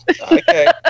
Okay